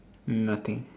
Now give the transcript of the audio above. nothing